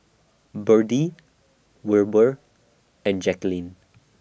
Berdie Wilbur and Jaquelin